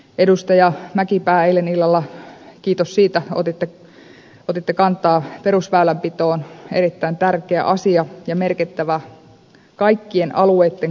edustaja mäkipää eilen illalla kiitos siitä otitte kantaa perusväylänpitoon se on erittäin tärkeä asia ja merkittävä kaikkien alueitten kannalta